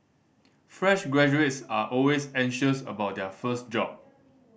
fresh graduates are always anxious about their first job